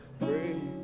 free